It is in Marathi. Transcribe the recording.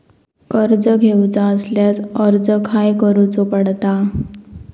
कर्ज घेऊचा असल्यास अर्ज खाय करूचो पडता?